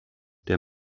der